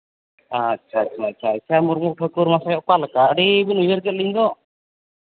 ᱟᱪᱪᱷᱟ ᱟᱪᱪᱷᱟ ᱟᱪᱪᱷᱟ ᱢᱩᱨᱢᱩ ᱴᱷᱟᱹᱠᱩᱨ ᱢᱟᱥᱮ ᱚᱠᱟ ᱞᱮᱠᱟ ᱟᱹᱰᱤ ᱵᱤᱱ ᱩᱭᱦᱟᱹᱨ ᱠᱮᱫ ᱞᱤᱧ ᱫᱚ